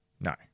No